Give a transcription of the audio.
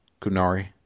Kunari